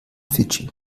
fidschi